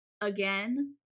again